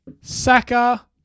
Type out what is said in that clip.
Saka